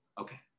Okay